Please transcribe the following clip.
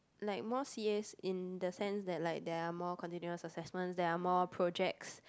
like more C_As in the sense that like there are more continual assessments there are more projects